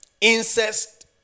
Incest